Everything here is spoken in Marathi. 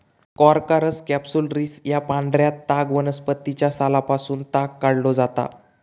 कॉर्कोरस कॅप्सुलरिस या पांढऱ्या ताग वनस्पतीच्या सालापासून ताग काढलो जाता